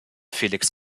felix